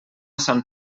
sant